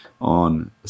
on